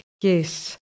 Yes